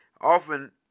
often